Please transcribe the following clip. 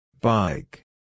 Bike